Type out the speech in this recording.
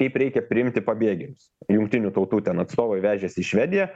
kaip reikia priimti pabėgėlius jungtinių tautų ten atstovai vežėsi į švediją